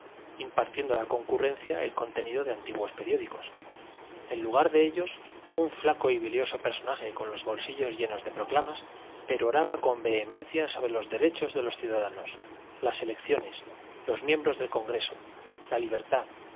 impartiendo a la concurrencia el contenido de antiguos periódicos en lugar de ellos un flaco y bilioso personaje con los bolsillos llenos de proclamas peroraba con vehemencia sobre los derechos de los ciudadanos las elecciones los miembros del congreso la libertad